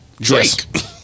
Drake